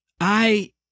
I—